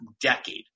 decade